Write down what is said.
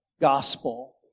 gospel